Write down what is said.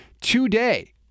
today